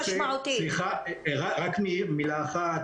רק עוד מילה אחת,